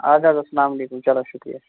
ادٕ حظ اَسلامُ عَلیکُم چَلو شُکریہ